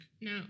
No